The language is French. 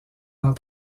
dans